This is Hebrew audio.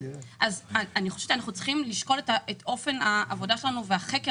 אז אני חושבת שאנחנו צריכים לשקול את אופן העבודה שלנו והחקר